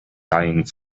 dying